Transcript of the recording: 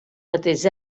mateix